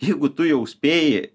jeigu tu jau spėji